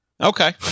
Okay